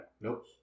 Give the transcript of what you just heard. Nope